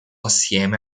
assieme